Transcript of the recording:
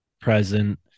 present